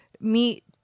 meet